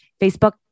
Facebook